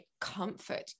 comfort